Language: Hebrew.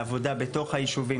לעבודה בתוך היישובים,